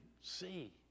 see